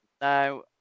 Now